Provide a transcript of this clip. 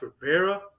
Rivera